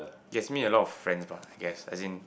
Jasmine a lot of friends bah I guess as in